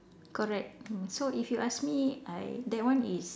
correct so if you ask me I that one is